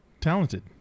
Talented